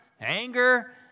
anger